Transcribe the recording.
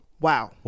Wow